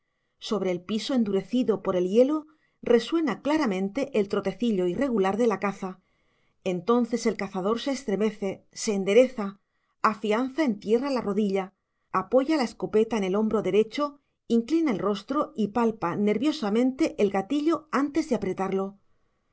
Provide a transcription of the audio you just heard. sobre el piso endurecido por el hielo resuena claramente el trotecillo irregular de la caza entonces el cazador se estremece se endereza afianza en tierra la rodilla apoya la escopeta en el hombro derecho inclina el rostro y palpa nerviosamente el gatillo antes de apretarlo